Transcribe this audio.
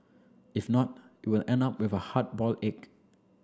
if not you will end up with a hard boiled egg